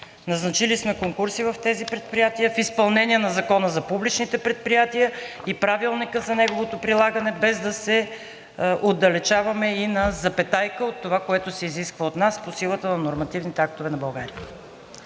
назначили сме конкурси в тези предприятия в изпълнение на Закона за публичните предприятия и Правилника за неговото прилагане, без да се отдалечаваме и на запетайка от това, което се изисква от нас по силата на нормативните актове на България.